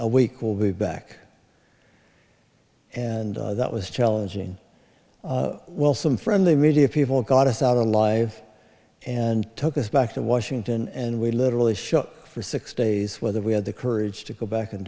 a week we'll be back and that was challenging well some from the media people caught us out alive and took us back to washington and we literally shot for six days whether we had the courage to go back and